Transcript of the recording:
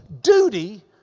duty